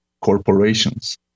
corporations